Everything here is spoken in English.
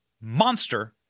monster